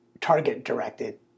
target-directed